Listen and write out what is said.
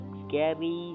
scary